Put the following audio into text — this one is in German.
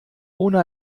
ohne